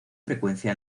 frecuencia